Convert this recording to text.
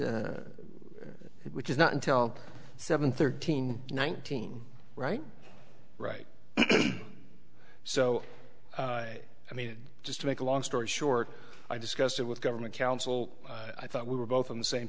which is not until seven thirteen nineteen right right so i mean just to make a long story short i discussed it with government counsel i thought we were both on the same